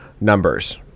numbers